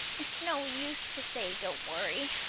it's no use to say don't worry.